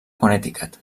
connecticut